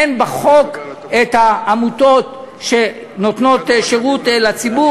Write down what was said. אין בחוק את העמותות שנותנות שירות לציבור.